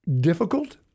difficult